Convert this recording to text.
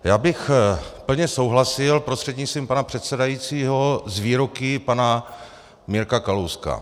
Já bych plně souhlasil prostřednictvím pana předsedajícího s výroky pana Mirka Kalouska.